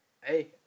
hey